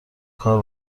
کار